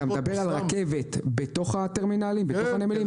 אתה מדבר על רכבת בתוך הטרמינלים, בתוך הנמלים?